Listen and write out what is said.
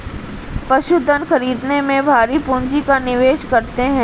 पशुधन खरीदने में भारी पूँजी का निवेश करते हैं